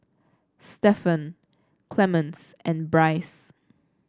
Stephen Clemens and Bryce